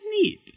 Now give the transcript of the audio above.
neat